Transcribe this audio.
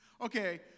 Okay